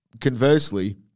conversely